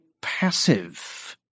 passive